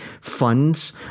funds